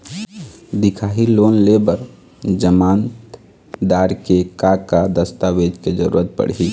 दिखाही लोन ले बर जमानतदार के का का दस्तावेज के जरूरत पड़ही?